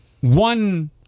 one